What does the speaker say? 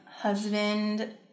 husband